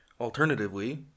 Alternatively